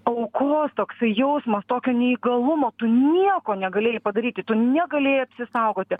aukos toksai jausmas tokio neįgalumo tu nieko negalėjai padaryti tu negalėjai apsisaugoti